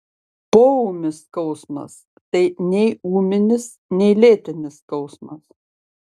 poūmis skausmas tai nei ūminis nei lėtinis skausmas